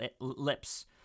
lips